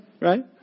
Right